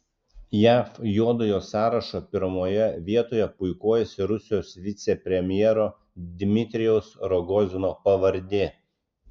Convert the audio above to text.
jav juodojo sąrašo pirmoje vietoje puikuojasi rusijos vicepremjero dmitrijaus rogozino pavardė